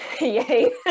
Yay